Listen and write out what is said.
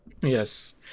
Yes